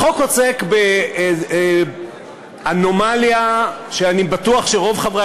החוק עוסק באנומליה שאני בטוח שרוב חברי